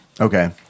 Okay